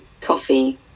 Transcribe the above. coffee